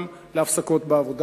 גם הפסקות בעבודה.